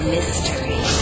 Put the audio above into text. Mystery